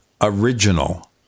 original